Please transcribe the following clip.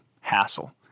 hassle